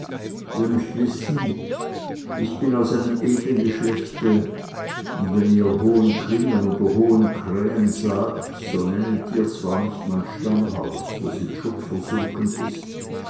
ihr müßt wissen ich bin aus einem edeln geschlechte und wenn ihr hohenklingen oder hohenkrähen sagt so nennet ihr zwar nicht mein stammhaus das in schutt versunken ist